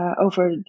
over